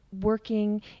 working